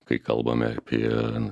kai kalbame apie